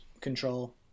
control